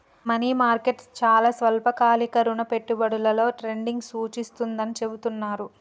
money market చాలా స్వల్పకాలిక రుణ పెట్టుబడులలో ట్రేడింగ్ను సూచిస్తుందని చెబుతున్నరు